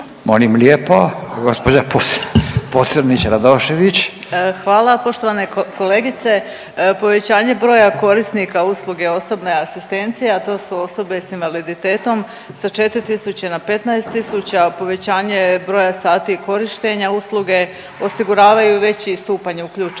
**Pocrnić-Radošević, Anita (HDZ)** Hvala. Poštovana kolegice, povećanje broja korisnika usluge osobne asistencije, a to su osobe s invaliditetom, sa 4 tisuće na 15 tisuća i povećanje broja sati korištenja usluge osiguravaju veći stupanj uključenosti